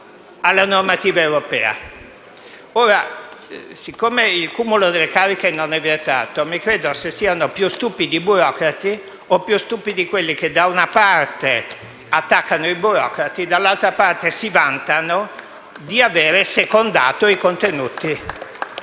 alla normativa europea. Siccome il cumulo delle cariche non è vietato, mi chiedo se siano più stupidi i burocratici o più stupidi quelli che da una parte attaccano i burocrati e dall'altra si vantano di aver assecondato, con